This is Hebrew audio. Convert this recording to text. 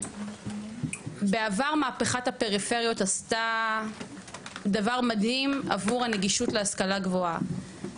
בעבר מהפכת הפריפריות עשתה דבר מדהים עבור הנגישות להשכלה גבוהה,